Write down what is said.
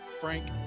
Frank